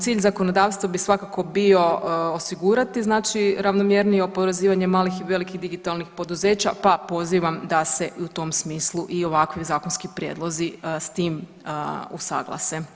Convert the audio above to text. Cilj zakonodavstva bi svakako bio osigurati znači ravnomjernije oporezivanje malih i velikih digitalnih poduzeća, pa pozivam da se i u tom smislu i ovakvi zakonski prijedlozi s tim usuglase.